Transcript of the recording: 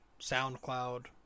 SoundCloud